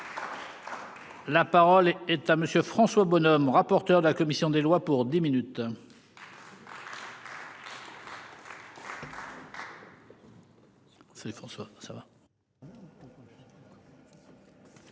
La parole est à monsieur François Bonhomme, rapporteur de la commission des lois pour 10 minutes.